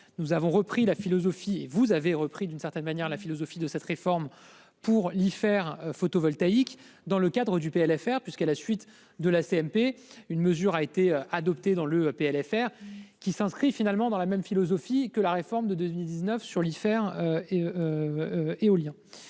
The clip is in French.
nous avons repris la philosophie et vous avez repris d'une certaine manière la philosophie de cette réforme pour l'IFER photovoltaïque dans le cadre du PLFR puisqu'à la suite de la CMP, une mesure a été adoptée dans le PLFR, qui s'inscrit finalement dans la même philosophie que la réforme de 2019 sur l'IFER faire